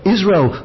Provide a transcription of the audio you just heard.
Israel